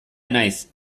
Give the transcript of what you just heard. naiz